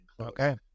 Okay